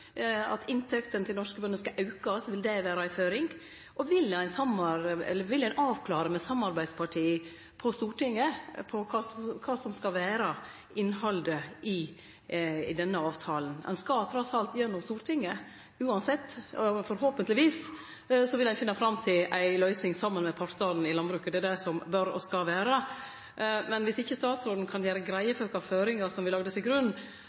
Og vil ein avklare med samarbeidspartia på Stortinget kva som skal vere innhaldet i denne avtalen? Han skal trass alt gjennom Stortinget, uansett. Forhåpentlegvis vil ein finne fram til ei løysing saman med partane i landbruket, slik det bør og skal vere. Men viss ikkje statsråden kan gjere greie for kva føringar som er lagde til grunn,